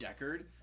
Deckard